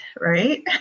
right